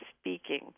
speaking